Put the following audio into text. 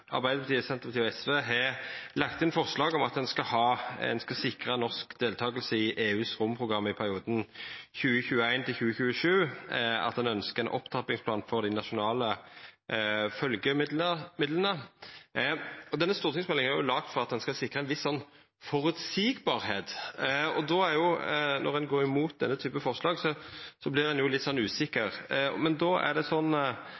Arbeidarpartiet, Senterpartiet og SV, har lagt inn forslag om at ein skal sikra norsk deltaking i EUs romprogram i perioden 2021–2027, at ein ønskjer ein opptrappingsplan for dei nasjonale følgjemidlane. Denne stortingsmeldinga er jo laga for at ein skal sikra at dette til ein viss grad skal vera føreseieleg. Og når ein går imot denne typen forslag, vert ein litt usikker, og spørsmålet mitt er: Kan statsråden garantera at ein